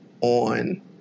on